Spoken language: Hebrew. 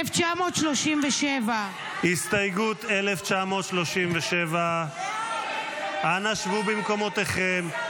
1937. הסתייגות 1937. אנא שבו במקומותיכם.